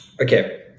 Okay